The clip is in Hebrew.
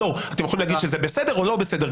אתם יכולים להגיד שזה בסדר או לא בסדר,